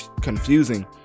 confusing